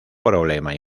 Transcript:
problema